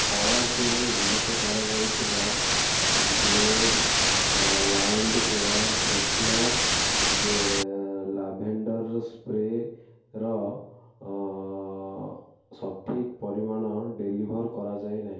ଅର୍ଡ଼ର୍ଟିରେ ଉଲ୍ଲେଖ କରାଯାଇଥିବା ଗ୍ଲେଡ଼ ୱାଇଲ୍ଡ୍ ଏୟାର୍ ଫ୍ରେଶନର୍ ଜେ ଲାଭେଣ୍ଡର୍ ସ୍ପ୍ରେର ସଠିକ୍ ପରିମାଣ ଡେଲିଭର୍ କରାଯାଇ ନାହିଁ